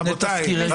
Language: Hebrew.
גם מי זה "אנחנו"?